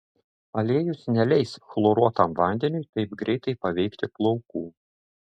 aliejus neleis chloruotam vandeniui taip greitai paveikti plaukų